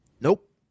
Nope